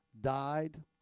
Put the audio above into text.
died